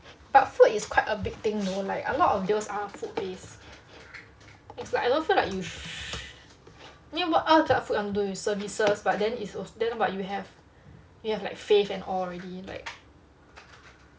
but food is quite a big thing though like a lot of deals are food based it's like I don't feel like you should the food you wanna do with services but then it's then what you have you have like fave and all already